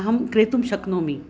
अहं क्रेतुं शक्नोमि